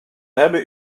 hebben